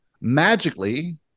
magically